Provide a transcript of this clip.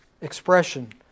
expression